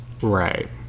Right